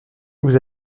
vous